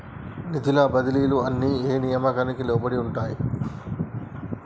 నిధుల బదిలీలు అన్ని ఏ నియామకానికి లోబడి ఉంటాయి?